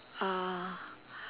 uh